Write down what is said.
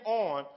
on